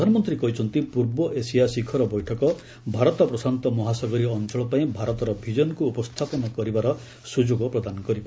ପ୍ରଧାନମନ୍ତୀ କହିଛନ୍ତି ପୂର୍ବ ଏସିଆ ଶିଖର ବୈଠକ ଭାରତ ପ୍ରଶାନ୍ତ ମହାସାଗରୀୟ ଅଞ୍ଚଳପାଇଁ ଭାରତର ବିଜନ୍କୁ ଉପସ୍ଥାପନ କରିବାର ସୁଯୋଗ ପ୍ରଦାନ କରିବ